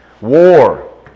war